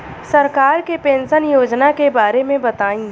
सरकार के पेंशन योजना के बारे में बताईं?